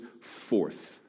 forth